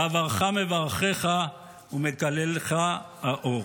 "ואברך מברכֶיךָ ומקלליך אָאֹר".